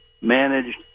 managed